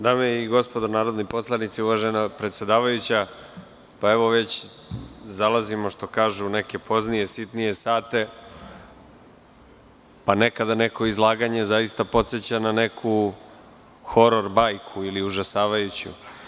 Dame i gospodo narodni poslanici, uvažena predsedavajuća, evo, već zalazimo, što kažu, u neke poznije, sitnije sate pa nekada neko izlaganje zaista podseća na neku horor bajku ili užasavajuću.